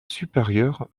supérieur